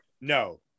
No